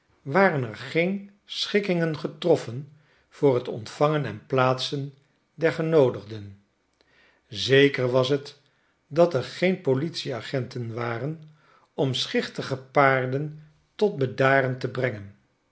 waren er geen schikkingen getroffen voor t ontvangen en plaatsen der genoodigden zeker was t dat er geen politie-agenten waren om schichtige paarden tot bedaren te brengen